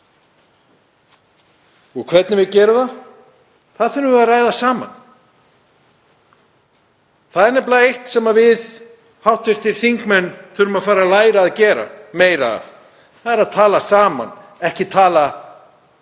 Það hvernig við gerum það þurfum við að ræða saman. Það er nefnilega eitt sem við hv. þingmenn þurfum að fara að læra að gera meira af og það er að tala saman, ekki tala